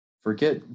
Forget